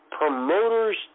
promoters